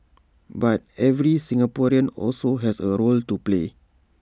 but every Singaporean also has A role to play